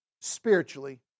spiritually